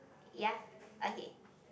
ya okay